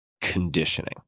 conditioning